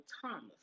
Thomas